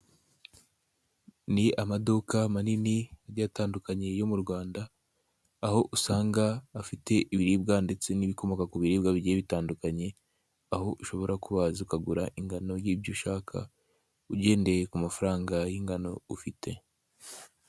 Ni amaduka manini agiye atandukanye yo mu Rwanda aho usanga afite ibiribwa ndetse n'ibikomoka ku biribwa bigiye bitandukanye, aho ushobora kuba waza ukagura ingano y'ibyo ushaka ugendeye ku mafaranga y'ingano ufite.